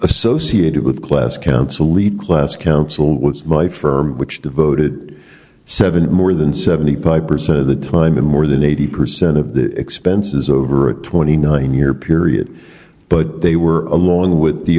associated with class council lead class council what's my a firm which devoted seven more than seventy five percent of the time and more than eighty percent of the expenses over a twenty nine year period but they were along with the